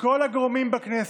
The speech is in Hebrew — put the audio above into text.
כל הגורמים בכנסת,